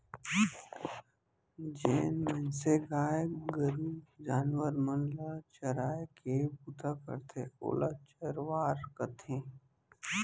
जेन मनसे गाय गरू जानवर मन ल चराय के बूता करथे ओला चरवार कथें